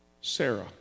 Sarah